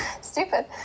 Stupid